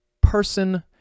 person